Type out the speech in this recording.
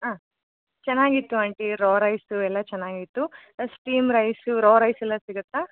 ಹಾಂ ಚೆನ್ನಾಗಿತ್ತು aunty raw rice ಎಲ್ಲ ಚೆನ್ನಾಗಿತ್ತು ಸ್ಟೀಮ್ ರೈಸು ರಾ ರೈಸ್ ಎಲ್ಲ ಸಿಗುತ್ತಾ